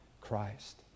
Christ